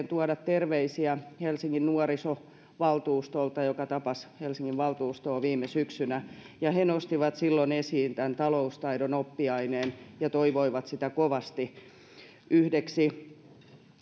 tuoda terveisiä helsingin nuorisovaltuustolta joka tapasi helsingin valtuustoa viime syksynä nuorisovaltuutetut nostivat silloin esiin tämän taloustaidon oppiaineen ja toivoivat sitä kovasti yhdeksi